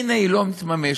הנה, היא לא מתממשת.